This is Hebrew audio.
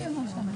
נכון.